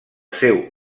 seu